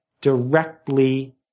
directly